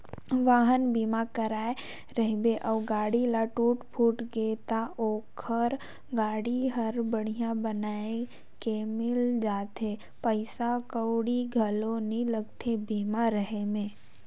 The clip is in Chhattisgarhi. वाहन बीमा कराए रहिबे अउ गाड़ी ल टूट फूट गे त ओखर गाड़ी हर बड़िहा बनाये के मिल जाथे पइसा कउड़ी घलो नइ लागे बीमा रहें में